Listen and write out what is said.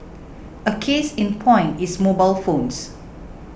a case in point is mobile phones